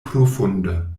profunde